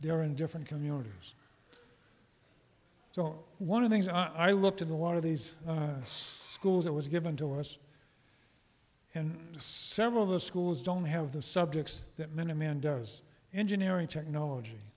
they are in different communities so one of things i looked at a lot of these schools that was given to us and several of the schools don't have the subjects that many men does engineering technology